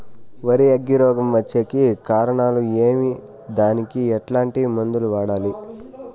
వరి అగ్గి రోగం వచ్చేకి కారణాలు ఏమి దానికి ఎట్లాంటి మందులు వాడాలి?